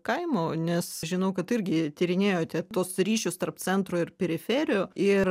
kaimų nes žinau kad irgi tyrinėjote tuos ryšius tarp centro ir periferijų ir